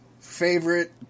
favorite